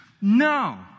No